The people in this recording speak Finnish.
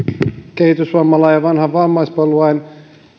kehitysvammalain ja vanhan vammaispalvelulain